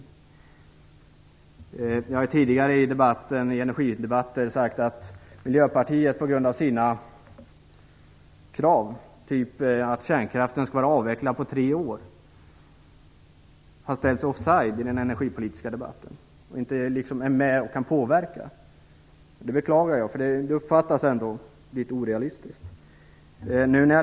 Jag har tidigare i energidebatter sagt att Miljöpartiet på grund av sina krav att kärnkraften skall avvecklas på tre år har ställt sig offside i den energipolitiska debatten och inte är med och påverkar. Det beklagar jag. Det uppfattas som litet orealistiskt.